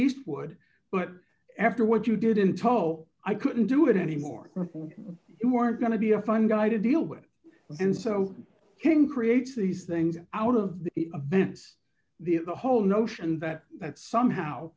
eastwood but after what you did in total i couldn't do it any more you are going to be a fun guy to deal with and so i can create these things out of the events the of the whole notion that that somehow